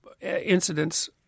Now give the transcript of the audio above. incidents